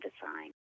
design